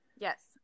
Yes